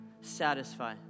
satisfy